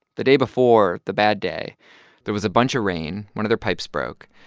the day before the bad day there was a bunch of rain. one of their pipes broke.